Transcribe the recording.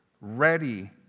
ready